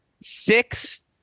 Six